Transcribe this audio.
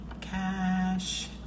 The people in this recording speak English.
Cash